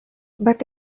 but